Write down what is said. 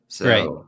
Right